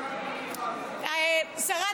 שרת